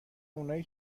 اونای